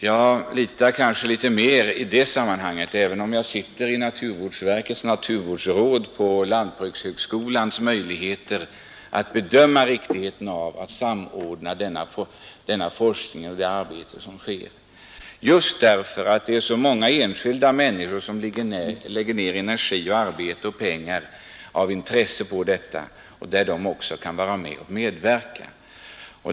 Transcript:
Även om jag sitter i naturvårdsverkets naturvårdsråd litar jag i det sammanhanget kanske litet mer på lantbrukshögskolans möjligheter att bedöma riktigheten av att samordna denna forskning, där många olika organ och även många enskilda människor lägger ned energi, arbete och pengar av intresse för att få vara med och medverka.